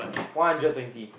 one hundred twenty